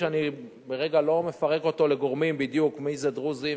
כרגע אני לא מפרק אותו לגורמים: דרוזים,